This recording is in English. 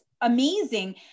amazing